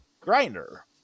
grinder